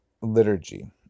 liturgy